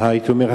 והייתי אומר,